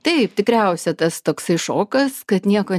taip tikriausia tas toksai šokas kad nieko